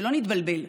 ושלא נתבלבל,